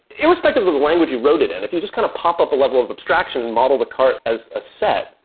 irrespective of the language you wrote it in, if you just kind of popup a level of abstraction and model the cart as a set,